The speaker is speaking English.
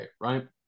right